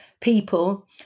people